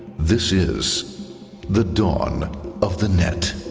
this is the dawn of the net.